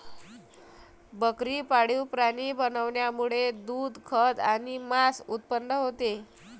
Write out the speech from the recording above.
बकरी पाळीव प्राणी बनवण्यामुळे दूध, खत आणि मांस उत्पन्न होते